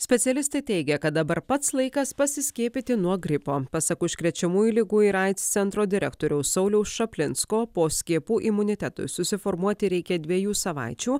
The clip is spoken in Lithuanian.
stilistai teigia kad dabar pats laikas pasiskiepyti nuo gripo pasak užkrečiamųjų ligų ir aids centro direktoriaus sauliaus čaplinsko po skiepų imunitetui susiformuoti reikia dviejų savaičių